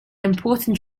important